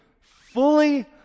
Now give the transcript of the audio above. fully